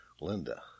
Linda